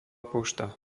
pošta